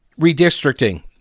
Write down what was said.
Redistricting